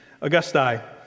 Augusti